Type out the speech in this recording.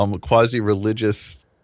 quasi-religious